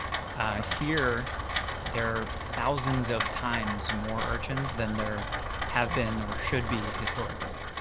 here, there are thousands of times more urchins than there have been or should be, historically,